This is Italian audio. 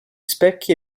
specchi